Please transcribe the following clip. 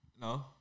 No